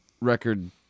record